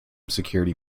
security